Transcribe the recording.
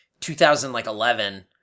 2011